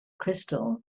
crystal